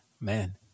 man